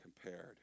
compared